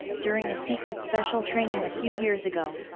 during a secret special training a few years ago.